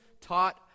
taught